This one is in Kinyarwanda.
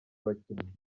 abakinnyi